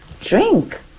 drink